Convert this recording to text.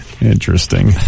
interesting